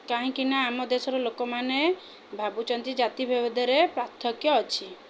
କାହିଁକି ନା ଆମ ଦେଶର ଲୋକମାନେ ଭାବୁଛନ୍ତି ଜାତିଭେଦରେ ପାର୍ଥକ୍ୟ ଅଛି